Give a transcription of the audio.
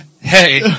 hey